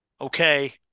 Okay